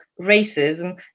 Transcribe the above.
racism